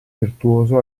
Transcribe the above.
virtuoso